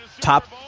top